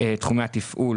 הבטחתי שנקבל תשובה.